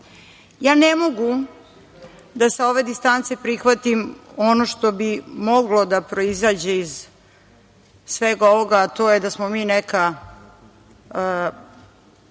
ne mogu da sa ove distance prihvatim ono što bi moglo da proizađe iz svega ovoga, a to je da smo mi neka